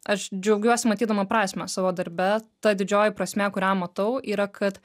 aš džiaugiuosi matydama prasmę savo darbe ta didžioji prasmė kurią matau yra kad